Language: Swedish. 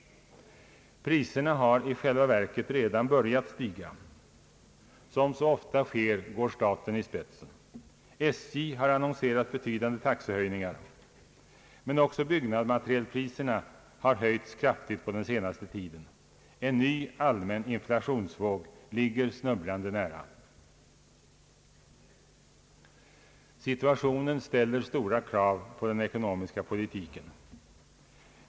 Priserna har i själva verket redan börjat stiga. Som så ofta sker, går staten i spetsen. SJ har annonserat betydande taxeökningar. Men också byggnadsmaterialpriserna har höjts kraftigt på den senaste tiden. En ny allmän inflationsvåg ligger snubblande nära. Situationen ställer stora krav på den ekonomiska politiken.